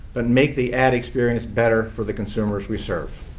and make the ad experience better for the consumers we serve.